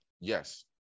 Yes